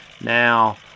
Now